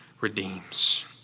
redeems